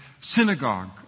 synagogue